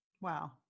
Wow